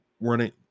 running